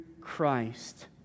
Christ